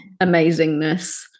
amazingness